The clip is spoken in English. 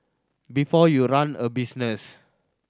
before you run a business